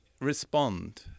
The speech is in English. respond